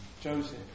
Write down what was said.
Joseph